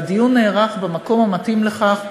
והדיון נערך במקום המתאים לכך,